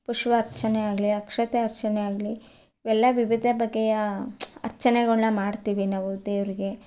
ಪುಷ್ಪ ಅರ್ಚನೆ ಆಗ್ಲಿ ಅಕ್ಷತೆ ಅರ್ಚನೆ ಆಗಲಿ ಎಲ್ಲ ವಿವಿಧ ಬಗೆಯ ಅರ್ಚನೆಗಳನ್ನ ಮಾಡ್ತೀವಿ ನಾವು ದೇವರಿಗೆ